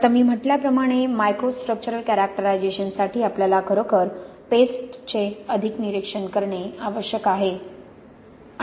आता मी म्हटल्याप्रमाणे मायक्रोस्ट्रक्चरल कॅरेक्टरायझेशनसाठी आपल्याला खरोखर पेस्टकचे अधिक निरीक्षण करायचे आहे